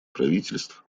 правительств